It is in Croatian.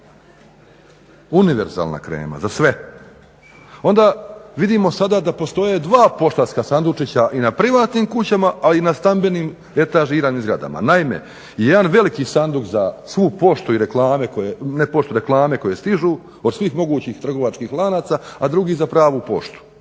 Univerzalna krema, za sve. Onda vidimo sada da postoje 2 poštanska sandučića i na privatnim kućama, a i na stambenim etažiranim zgradama. Naime, jedan veliki sanduk za svu poštu i reklame koje, ne poštu nego reklame koje stižu od svih mogućih trgovačkih lanaca, a drugi za pravu poštu.